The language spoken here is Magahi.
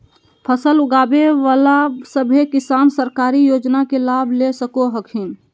फसल उगाबे बला सभै किसान सरकारी योजना के लाभ ले सको हखिन